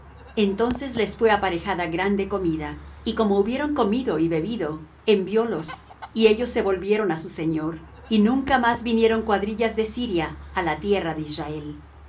entonces les fué aparejada grande comida y como hubieron comido y bebido enviólos y ellos se volvieron á su señor y nunca más vinieron cuadrillas de siria á la tierra de israel